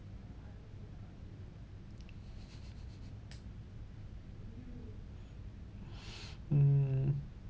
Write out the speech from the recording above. mm